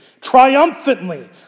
triumphantly